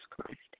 Christ